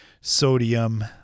sodium